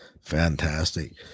Fantastic